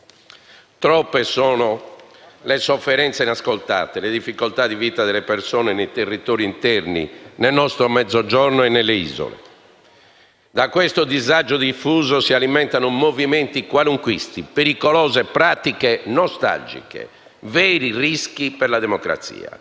Troppe sono le sofferenze inascoltate, le difficoltà di vita delle persone nei territori interni, nel nostro Mezzogiorno e nelle isole. Da questo disagio diffuso si alimentano movimenti qualunquisti, pericolose pratiche nostalgiche, veri rischi per la democrazia,